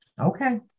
Okay